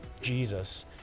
Jesus